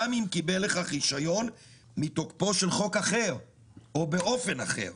גם אם קיבל לכך רשיון מתוקפו של חוק אחר או באופן אחר,